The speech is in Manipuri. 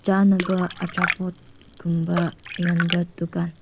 ꯆꯥꯅꯕ ꯑꯆꯥꯄꯣꯠ ꯀꯨꯝꯕ ꯌꯣꯟꯕ ꯗꯨꯀꯥꯟ